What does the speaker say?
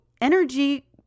energy –